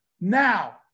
Now